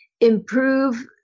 improve